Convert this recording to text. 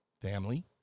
family